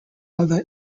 other